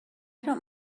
don’t